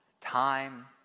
time